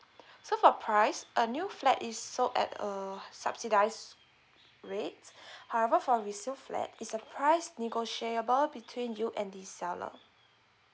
so for price a new flat is sold at a subsidised rates however for a resale flat is the price negotiable between you and the seller